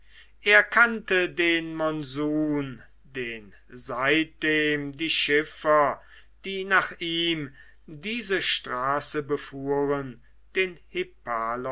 er kannte den monsun den seitdem die schiffer die nach ihm diese straße befuhren den